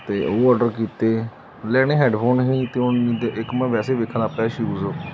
ਤੇ ਉਹ ਆਰਡਰ ਕੀਤੇ ਲੈਣੇ ਹੈਡਫੋਨ ਹੀ ਤੇ ਹੁਣ ਇੱਕ ਮੈਂ ਵੈਸੇ ਵੇਖਣ ਲੱਗ ਪਿਆ ਸ਼ੂਜ